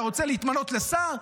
אתה רוצה להתמנות לשר?